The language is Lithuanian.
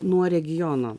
nuo regiono